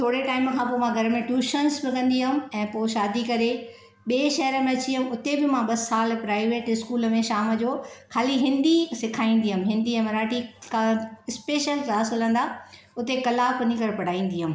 थोरे टाइम खां पोइ मां घर में ट्यूशन्स बि कंदी हुअमि ऐं पोइ शादी करे ॿिए शइर में अची वियमि उते बि मां ॿ साल प्राइवेट स्कूल में शाम जो खाली हिन्दी सेखारींदी हुअमि हिन्दी ऐं मराठी जा स्पेशल क्लास हलंदा उते कलाकु वञी करे पढ़ाईंदी हुअमि